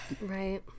right